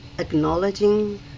acknowledging